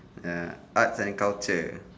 ya arts and culture